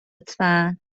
لطفا